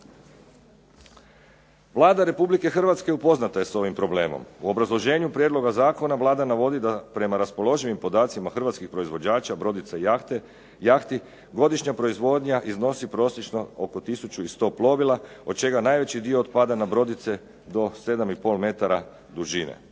Vlada Republike Hrvatske upoznata je s ovim problemom. U obrazloženju prijedloga zakona Vlada navodi da prema raspoloživim podacima hrvatskih proizvođača brodica i jahti godišnja proizvodnja iznosi prosječno oko tisuću i 100 plovila od čega najveći dio otpada na brodice do 7,5 metara dužine,